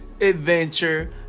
adventure